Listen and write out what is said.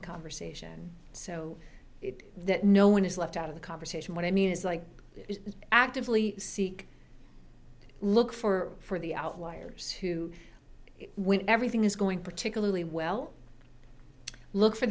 the conversation so that no one is left out of the conversation what i mean is like actively seek look for the outliers who when everything is going particularly well look for